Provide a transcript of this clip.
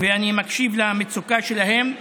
ואני מקשיב למצוקה שלהם.